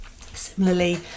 similarly